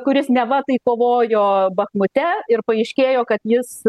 kuris neva taip kovojo bachmute ir paaiškėjo kad jis